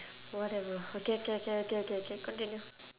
whatever okay okay okay okay okay okay continue